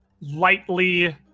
lightly